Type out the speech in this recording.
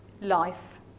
life